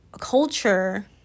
culture